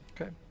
okay